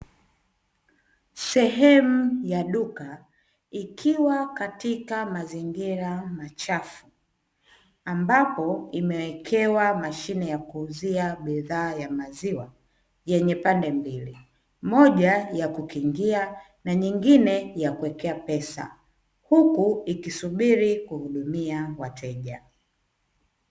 Sehemu ya duka ikiwa katika mazingira machafu. Ambapo imewekewa mashine ya kuuzia bidhaa ya maziwa yenye pande mbili, moja ya kukiingia na nyingine ya kuwekea pesa huku ikisubiri kuhudumia wateja.